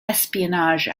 espionage